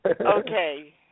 Okay